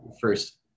first